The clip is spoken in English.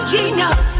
Genius